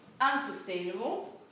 unsustainable